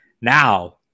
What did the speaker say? Now